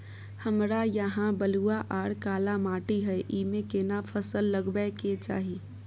हमरा यहाँ बलूआ आर काला माटी हय ईमे केना फसल लगबै के चाही?